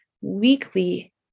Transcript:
weekly